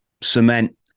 cement